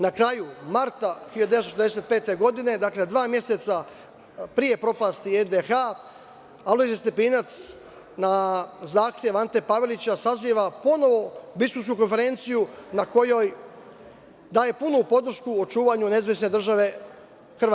Na kraju marta 1945. godine, dakle dva meseca pre propasti NDH, Alojzije Stepinac na zahtev Ante Pavelića saziva ponovo biskupsku konferenciju na kojoj daju punu podršku očuvanju NDH.